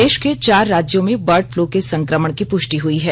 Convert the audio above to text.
देश के चार राज्यों में बर्ड फलू के संकमण की पृष्टि हई है